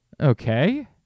okay